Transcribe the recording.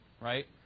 right